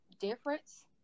difference